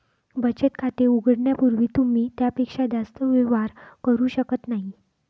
बचत खाते उघडण्यापूर्वी तुम्ही त्यापेक्षा जास्त व्यवहार करू शकत नाही